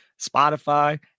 Spotify